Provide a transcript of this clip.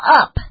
up